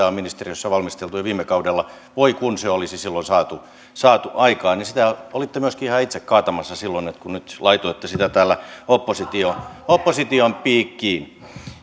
on ministeriössä valmisteltu jo viime kaudella voi kun se olisi silloin saatu saatu aikaan sitä olitte myöskin ihan itse kaatamassa silloin vaikka nyt laitoitte sitä täällä opposition piikkiin